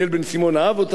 אתה בטח תתרום להם,